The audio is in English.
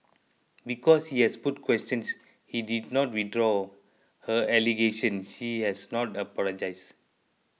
because she has put questions she did not withdraw her allegation she has not apologized